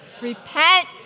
Repent